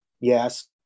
Yes